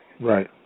Right